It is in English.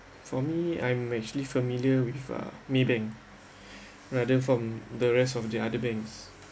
for me I'm actually familiar with uh Maybank rather from the rest of the other banks